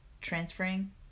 transferring